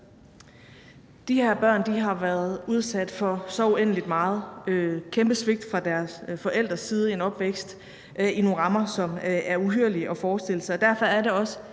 De her børn har været udsat for så uendelig meget, et kæmpe svigt fra deres forældres side i en opvækst med nogle rammer, som er uhyrlige at forestille sig.